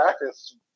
practice